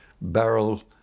barrel